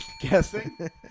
guessing